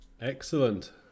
excellent